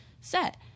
set